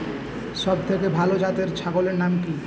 সবথেকে ভালো জাতের ছাগলের নাম কি?